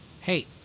hey